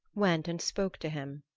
went and spoke to him.